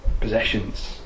Possessions